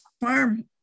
farm